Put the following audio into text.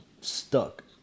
stuck